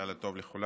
לילה טוב לכולם.